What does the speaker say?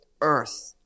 earth